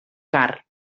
car